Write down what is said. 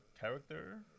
Character